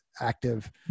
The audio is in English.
active